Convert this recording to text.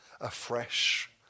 afresh